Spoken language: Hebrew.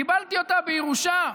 קיבלתי אותה בירושה.